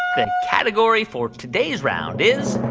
the category for today's round is.